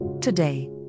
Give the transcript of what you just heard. today